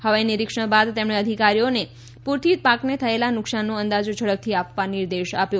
હવાઇ નિરીક્ષણ બાદ તેમણે અધિકારીઓને પૂરથી પાકને થયેલા નુકસાનનો અંદાજો ઝડપથી આપવા નિર્દેશ આપ્યો